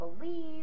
believe